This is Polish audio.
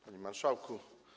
Panie Marszałku!